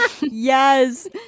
yes